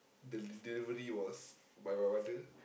the delivery was by my mother